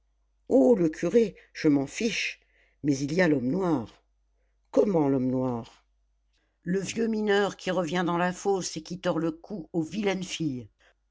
oh le curé je m'en fiche mais il y a l'homme noir comment l'homme noir le vieux mineur qui revient dans la fosse et qui tord le cou aux vilaines filles